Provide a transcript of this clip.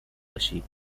باشین